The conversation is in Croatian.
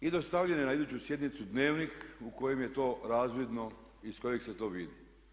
I dostavljen je na iduću sjednicu dnevnik u kojem je to razvidno i iz kojeg se to vidi.